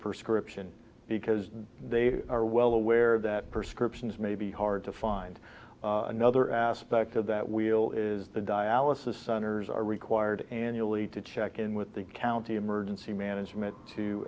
prescription because they are well aware that prescriptions may be hard to find another aspect of that wheel is the dialysis centers are required annually to check in with the county emergency management to